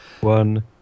one